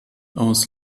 aus